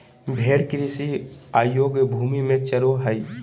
भेड़ कृषि अयोग्य भूमि में चरो हइ